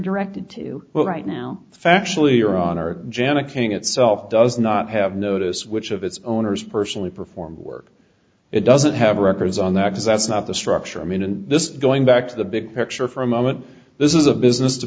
directed to well right now factually are on our jana king itself does not have notice which of its owners personally performed work it doesn't have records on that because that's not the structure i mean and this going back to the big picture for a moment this is a business to